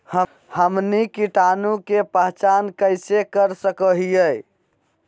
हमनी कीटाणु के पहचान कइसे कर सको हीयइ?